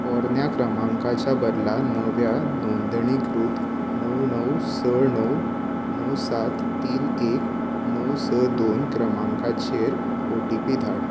पोरन्या क्रमांकाच्या बदला नव्या नोंदणीकृत णव णव स णव णव सात तीन एक णव स दोन क्रमांकाचेर ओ टी पी धाड